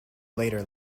later